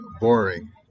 boring